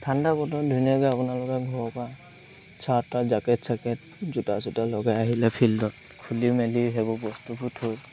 ঠাণ্ডা বতৰত ধুনীয়াকৈ আপোনালোকে ঘৰৰপা জেকেট চেকেট জোতা চোতা লগাই আহিলে ফিল্ডত খুলি মেলি সেইবোৰ বস্তুবোৰ থৈ